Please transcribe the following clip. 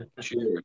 Cheers